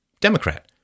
Democrat